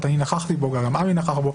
נכחתי בו וגם עמי נכח בו,